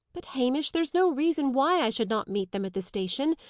but, hamish, there's no reason why i should not meet them at the station.